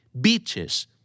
beaches